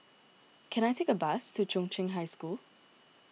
can I take a bus to Chung Cheng High School